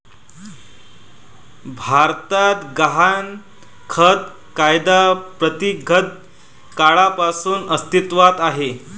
भारतात गहाणखत कायदा प्रदीर्घ काळापासून अस्तित्वात आहे